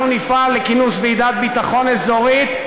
אנחנו נפעל לכינוס ועידת ביטחון אזורית,